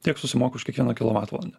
tiek susimoku už kiekvieną kilovatvalandę